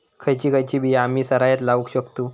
खयची खयची बिया आम्ही सरायत लावक शकतु?